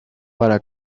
para